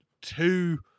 two